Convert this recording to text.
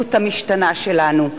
למציאות המשתנה שלנו.